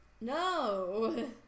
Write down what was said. No